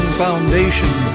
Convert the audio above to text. foundation